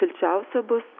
šilčiausia bus